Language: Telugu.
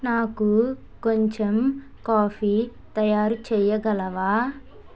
నాకు కొంచం కాఫీ తయారుచేయగలవా